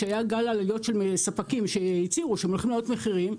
כשהיה גל עליות של ספקים שהצהירו שהם הולכים להעלות מחירים,